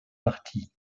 parties